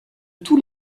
tous